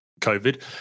COVID